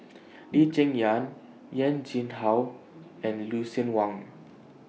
Lee Cheng Yan Wen Jinhua and Lucien Wang